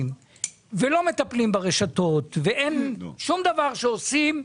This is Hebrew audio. ולא מטפלים ברשתות ואין שום דבר שעושים,